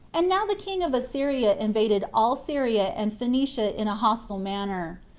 and now the king of assyria invaded all syria and phoenicia in a hostile manner.